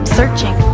searching